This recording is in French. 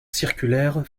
circulaires